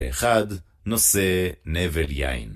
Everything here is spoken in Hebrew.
אחד נושא נבל יין.